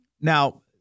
Now